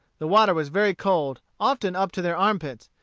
the water was very cold, often up to their armpits,